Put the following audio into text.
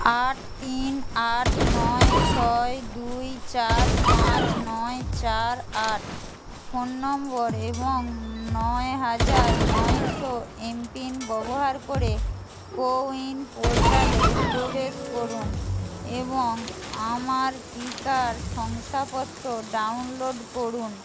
আট তিন আট নয় ছয় দুই চার পাঁচ নয় চার আট ফোন নম্বর এবং নয় হাজার নয়শো এমপিন ব্যবহার করে কোউইন পোর্টালে প্রবেশ করুন এবং আমার টিকার শংসাপত্র ডাউনলোড করুন